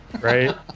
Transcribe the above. Right